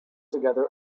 together